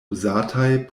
uzataj